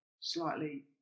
slightly